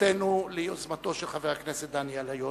תודתנו על יוזמתו של חבר הכנסת דני אילון,